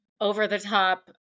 over-the-top